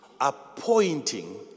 appointing